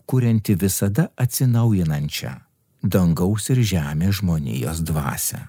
kurianti visada atsinaujinančią dangaus ir žemės žmonijos dvasią